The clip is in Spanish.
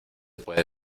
puede